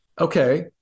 Okay